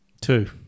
Two